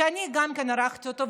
שגם אני הערכתי אותו,